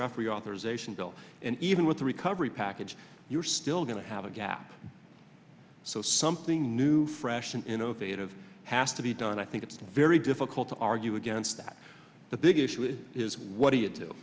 referee authorization bill and even with the recovery package you're still going to have a gap so something new fresh and innovative has to be done i think it's very difficult to argue against that the big issue is what do you do